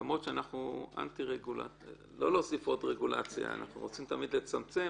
ולמרות שאנחנו נגד להוסיף עוד רגולציה ולמרות שאנחנו רוצים לצמצם,